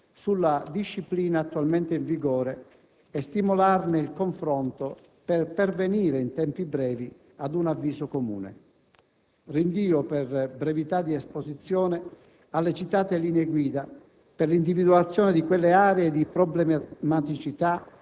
sulla disciplina attualmente in vigore e stimolarne il confronto per pervenire in tempi brevi ad un avviso comune. Rinvio, per brevità di esposizione, alle citate linee guida per l'individuazione di quelle aree di problematicità